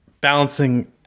balancing